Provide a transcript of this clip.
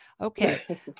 Okay